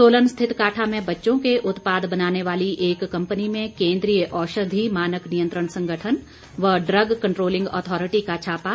सोलन स्थित काठा में बच्चों के उत्पाद बनाने वाली एक कंपनी में केन्द्रीय औषधि मानक नियंत्रण संगठन व ड्रग कंट्रोलिंग अथॉरिटी का छापा